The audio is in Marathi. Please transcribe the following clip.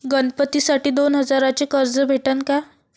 गणपतीसाठी दोन हजाराचे कर्ज भेटन का?